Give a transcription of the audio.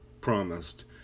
promised